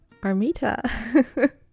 Armita